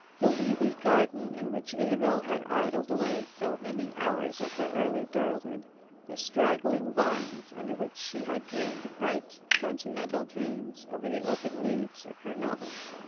the weedy garden in which isabel had idled away so many hours of her early girlhood the straggling vines under which she had dreamed bright sentimental dreams over the open leaves of her novels.